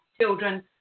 children